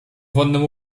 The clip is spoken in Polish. wonnym